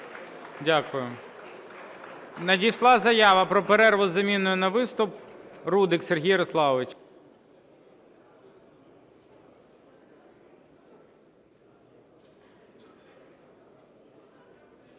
Дякую. Надійшла заява про перерву із заміною на виступ. Рудик Сергій Ярославович.